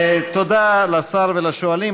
תודה לשר ולשואלים.